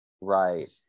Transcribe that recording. Right